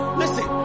listen